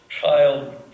child